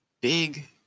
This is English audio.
big